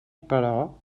però